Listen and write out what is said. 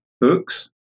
books